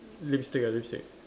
lipstick ah lipstick